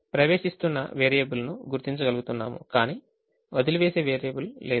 ప్రవేశిస్తున్న వేరియబుల్ను గుర్తించగలుగుతున్నాము కాని వదిలివేసే వేరియబుల్ లేదు